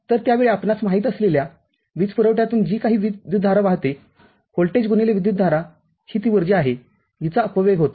तर त्या वेळी आपणास माहित असलेल्या वीजपुरवठ्यातून जी काही विद्युतधारा वाहतेव्होल्टेज गुणिले विद्युतधारा ही ती ऊर्जा आहे जिचा अपव्यय होतो